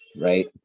right